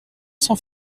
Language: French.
sans